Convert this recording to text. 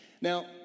Now